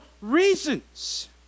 reasons